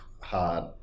hard